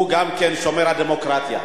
גם הוא שומר הדמוקרטיה.